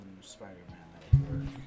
Spider-Man